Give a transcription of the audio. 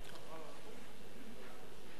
בבקשה.